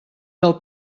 del